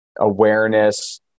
awareness